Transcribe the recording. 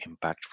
impactful